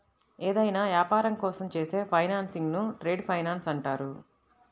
ఏదైనా యాపారం కోసం చేసే ఫైనాన్సింగ్ను ట్రేడ్ ఫైనాన్స్ అంటారు